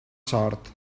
sort